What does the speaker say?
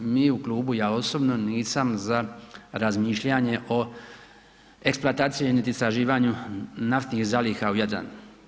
Mi u Klubu, ja osobno nisam za razmišljanje o eksploataciji niti istraživanju naftnih zaliha u Jadranu.